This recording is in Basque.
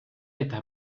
eta